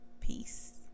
Peace